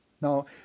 Now